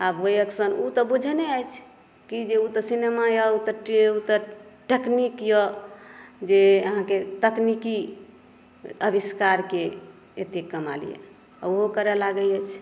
आब ओ एक्शन ओ तऽ बुझै नहि अछि की जे ओ तऽ सिनेमा अछि ओ तऽ टेक्नीक अछि जे अहाँके तकनीकी आविष्कारके एतेक कमाल अछि ओहो करय लागै अछि